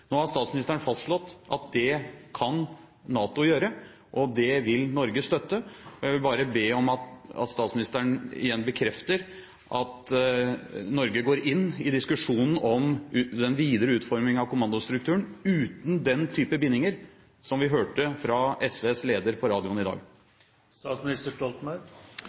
Nå har statsministeren fastslått at det kan NATO gjøre, og det vil Norge støtte. Jeg vil bare be om at statsministeren igjen bekrefter at Norge går inn i diskusjonen om den videre utformingen av kommandostrukturen uten den type bindinger som vi hørte fra SVs leder på radioen i